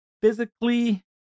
physically